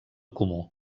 comú